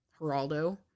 Geraldo